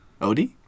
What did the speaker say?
Odie